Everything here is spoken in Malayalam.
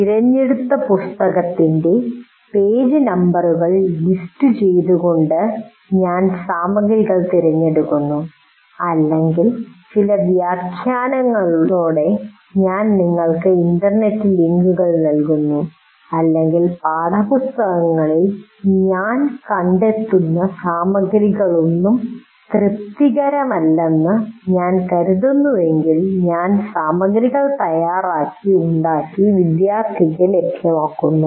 തിരഞ്ഞെടുത്ത പാഠപുസ്തകത്തിൽ നിന്ന് പേജ് നമ്പറുകൾ ലിസ്റ്റുചെയ്തുകൊണ്ട് ഞാൻ സാമഗ്രികൾ തിരഞ്ഞെടുക്കുന്നു അല്ലെങ്കിൽ ചില വ്യാഖ്യാനങ്ങളോടെ ഞാൻ നിങ്ങൾക്ക് ഇന്റർനെറ്റ് ലിങ്കുകൾ നൽകുന്നു അല്ലെങ്കിൽ പാഠപുസ്തകങ്ങളിൽ ഞാൻ കണ്ടെത്തുന്ന സാമഗ്രികളൊന്നും തൃപ്തികരമല്ലെന്ന് ഞാൻ കരുതുന്നുവെങ്കിൽ ഞാൻ സാമഗ്രികൾ തയ്യാറാക്കി ഉണ്ടാക്കി വിദ്യാർത്ഥിക്ക് ലഭ്യമാക്കുന്നു